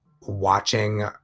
watching